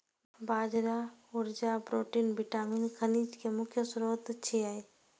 बाजरा ऊर्जा, प्रोटीन, विटामिन, खनिज के मुख्य स्रोत छियै